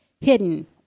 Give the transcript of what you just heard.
hidden